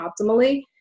optimally